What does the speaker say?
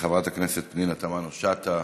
חברת הכנסת פנינה תמנו-שטה,